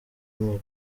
muri